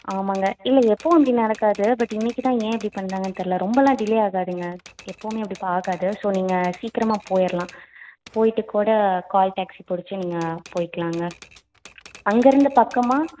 ஆமாங்க இல்லை எப்போவும் இப்படி நடக்காது பட் இன்றைக்கு தான் ஏன் இப்படி பண்ணிணாங்கன்னு தெர்லை ரொம்பலாம் டிலே ஆகாதுங்க எப்பவுமே அப்படி பா ஆகாது ஸோ நீங்கள் சீக்கிரமாக போயிட்லாம் போயிட்டு கூட கால் டேக்சி புடிச்சு நீங்கள் போயிக்கலாங்க அங்கேருந்து பக்கமா